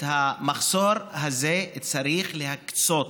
במחסור הזה צריך להקצות